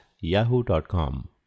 yahoo.com